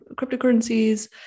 cryptocurrencies